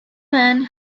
men